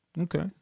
Okay